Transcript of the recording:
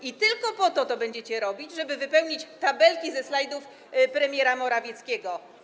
I tylko po to będziecie to robić, żeby wypełnić tabelki ze slajdów premiera Morawieckiego.